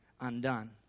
undone